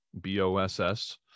B-O-S-S